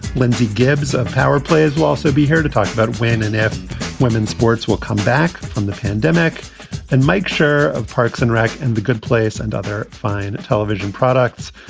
lindsey gibbs of power players will also be here to talk about when and if women's sports will come back from the pandemic and make sure of parks and rec and the good place and other fine television products.